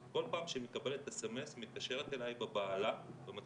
כל פעם שהיא מקבלת אס.אמ.אס היא מתקשרת אליי בבהלה ומתחילה